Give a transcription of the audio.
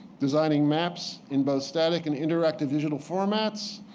designing maps in both static and interactive digital formats,